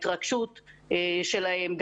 ניתן היה להתקשר בבוקר, בצוהריים, בערב.